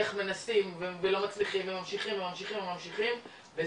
איך מנסים ולא מצליחים וממשיכים וממשיכים וזה